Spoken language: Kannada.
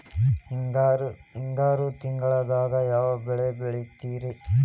ಹಿಂಗಾರು ತಿಂಗಳದಾಗ ಯಾವ ಬೆಳೆ ಬೆಳಿತಿರಿ?